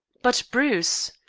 but bruce,